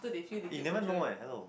he never know eh hello